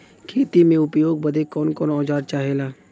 खेती में उपयोग बदे कौन कौन औजार चाहेला?